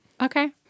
Okay